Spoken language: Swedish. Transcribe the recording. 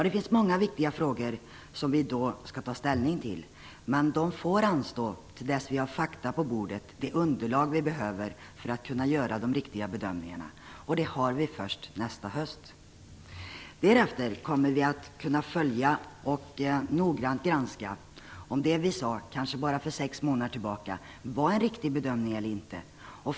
Det finns många viktiga frågor som vi skall ta ställning till, men de får anstå till dess att vi har fakta på bordet, det underlag som vi behöver för att kunna göra de riktiga bedömningarna, och det har vi först nästa höst. Därefter kommer vi att kunna följa och noggrant granska om det som vi sade för kanske bara sex månader sedan var en riktig bedömning eller inte.